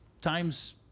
times